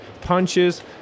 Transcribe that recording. punches